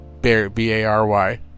B-A-R-Y